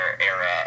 era